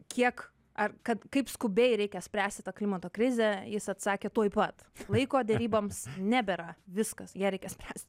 kiek ar kad kaip skubiai reikia spręsti tą klimato krizę jis atsakė tuoj pat laiko deryboms nebėra viskas ją reikia spręst